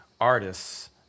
artists